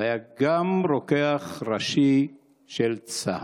והיה גם רוקח ראשי של צה"ל.